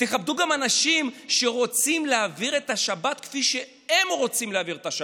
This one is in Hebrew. תכבדו גם אנשים שרוצים להעביר את השבת כפי שהם רוצים להעביר את השבת.